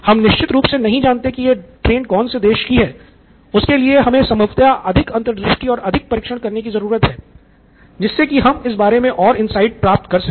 हम निश्चित रूप से नहीं जानते कि यह ट्रेन कौन से देश की है उसके लिए हमें संभवतः अधिक अंतर्दृष्टि और अधिक परीक्षण करने की जरूरत है जिससे की हम इस बारे मे और इनसाइट्स प्राप्त कर सके